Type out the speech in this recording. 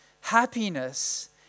Happiness